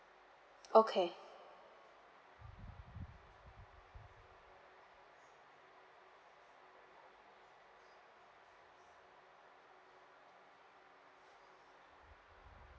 okay